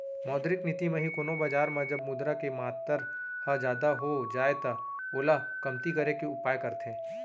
मौद्रिक नीति म ही कोनो बजार म जब मुद्रा के मातर ह जादा हो जाय त ओला कमती करे के उपाय करथे